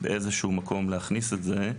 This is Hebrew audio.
באיזה שהוא מקום להכניס את זה,